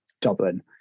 Dublin